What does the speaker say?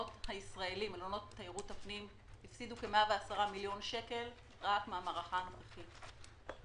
מלונות תיירות הפנים הפסידו כ-110 מיליון שקלים רק מהמערכה הנוכחית.